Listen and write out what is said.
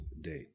day